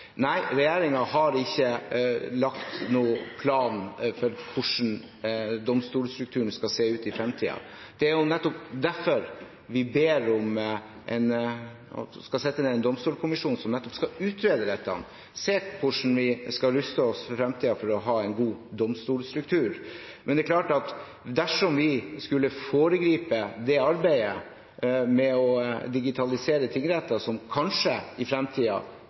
Nei, regjeringen har ikke lagt noen plan for hvordan domstolstrukturen skal se ut i fremtiden. Det er derfor vi ber om at det skal settes ned en domstolkommisjon som nettopp skal utrede dette, se på hvordan vi skal ruste oss for fremtiden for å ha en god domstolstruktur. Men det er klart at dersom vi skulle foregripe arbeidet og digitalisere tingretter som kanskje i